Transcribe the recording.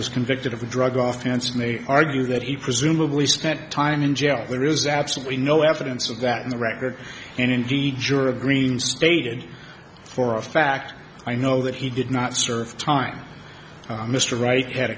was convicted of a drug offense may argue that he presumably spent time in jail there is absolutely no evidence of that in the record and indeed juror green stated for a fact i know that he did not serve time mr reich had